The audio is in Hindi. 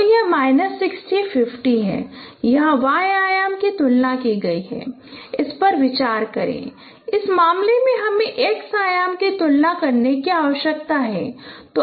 तो यह माइनस 60 माइनस 50 है यहां y आयाम की तुलना की गई है इस पर विचार करें इस मामले में हमें x आयाम की तुलना करने की आवश्यकता है